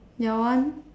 your one